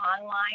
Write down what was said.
online